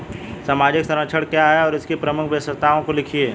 सामाजिक संरक्षण क्या है और इसकी प्रमुख विशेषताओं को लिखिए?